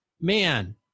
man